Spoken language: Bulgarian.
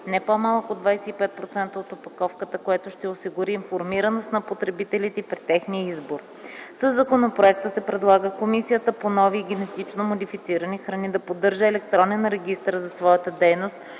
не по-малък от 25% от опаковката, което ще осигури информираност на потребителите при техния избор. Със законопроекта се предлага Комисията по нови и генетично модифицирани храни да поддържа електронен регистър за своята дейност